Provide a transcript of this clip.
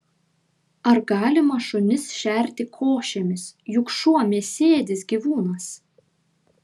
ar galima šunis šerti košėmis juk šuo mėsėdis gyvūnas